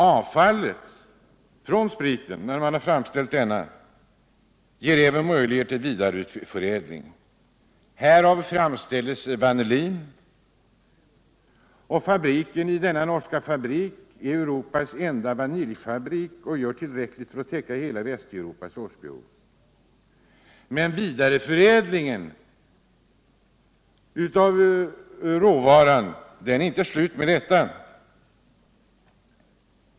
Avfallet från spriten ger även det möjligheter till vidareförädling. Härav framställs vanillin. Denna norska fabrik är Europas enda vaniljfabrik, och den kan täcka hela Västeuropas årsbehov. Vidareförädlingen av råvaran är dock inte slut med detta.